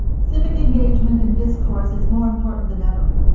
civic engagement and discourse is more important than ever.